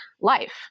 life